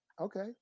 Okay